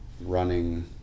running